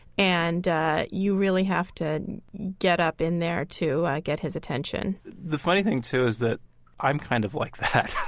and you really have to get up in there to get his attention the funny thing, too, is that i'm kind of like that